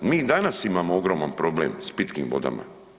Mi danas imamo ogroman problem s pitkim vodama.